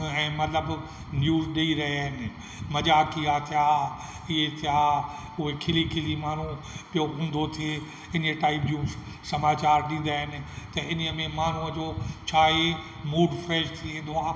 ऐं मतिलबु न्यूज ॾेई रहिया आहिनि मज़ाक़ीया थिया इहे थिया उहे खिली खिली माण्हू पियो ऊंधो थिए इन टाईप जूं समाचार ॾींदा आहिनि त इन्हीअ में माण्हूअ जो छा आहे मूड फ्रेश थी वेंदो आहे